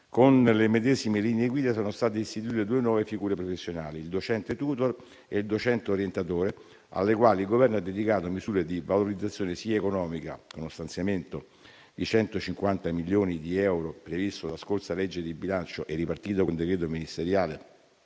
Con le medesime linee guida sono state istituite due nuove figure professionali: il docente *tutor* e il docente orientatore, alle quali il Governo ha dedicato misure di valorizzazione sia economica (con uno stanziamento di 150 milioni di euro previsto dalla scorsa legge di bilancio e ripartito con il decreto ministeriale